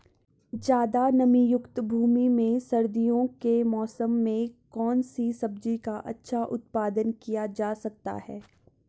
ज़्यादा नमीयुक्त भूमि में सर्दियों के मौसम में कौन सी सब्जी का अच्छा उत्पादन किया जा सकता है?